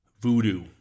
voodoo